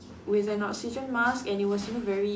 with an oxygen mask and it was very